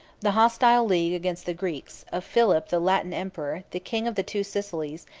the hostile league against the greeks, of philip the latin emperor, the king of the two sicilies,